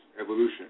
evolution